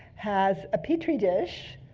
has a petri dish.